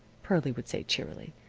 pearlie would say, cheerily.